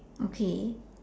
okay